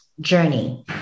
journey